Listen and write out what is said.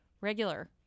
regular